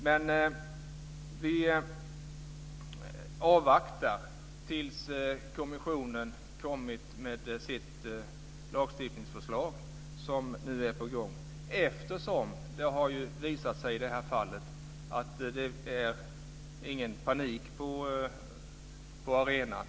Men vi avvaktar tills kommissionen kommit med sitt lagstiftningsförslag som nu är på gång. Det har i det här fallet visat sig att det inte är någon panik på arenan.